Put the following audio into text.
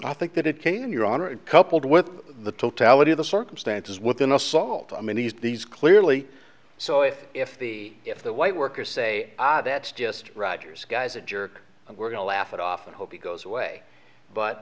i think that it can your honor it coupled with the totality of the circumstances with an assault i mean these these clearly so if if the if the white workers say ah that's just rogers guy's a jerk and we're going to laugh it off and hope he goes away but